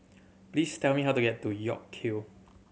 please tell me how to get to York Kill